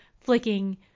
flicking